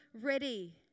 ready